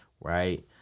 Right